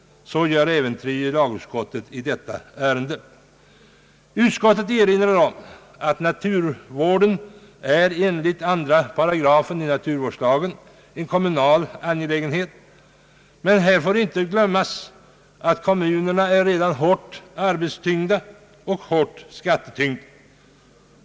Så gör även tredje lagutskottet i detta ärende. Utskottet erinrar om att naturvården enligt 2 § naturvårdslagen är en kommunal angelägenhet. Man får dock inte glömma att kommunerna redan är hårt arbetstyngda och hårt skattetyngda.